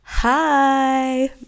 hi